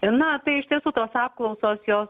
na tai iš tiesų tos apklausos jos